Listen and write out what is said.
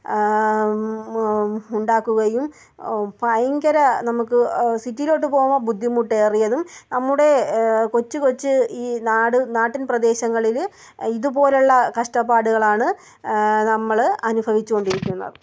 ഉണ്ടാക്കുകയും ഭയങ്കര നമുക്ക് സിറ്റിയിലോട്ട് പോകുമ്പോൾ ബുദ്ധിമുട്ട് ഏറിയതും നമ്മുടെ കൊച്ച് കൊച്ച് ഈ നാട് നാട്ടിൻ പ്രദേശങ്ങളിൽ ഇതുപോലെയുള്ള കഷ്ടപ്പാടുകളാണ് നമ്മൾ അനുഭവിച്ച് കൊണ്ടിരിക്കുന്നത്